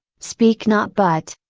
speak not but,